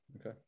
Okay